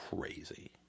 crazy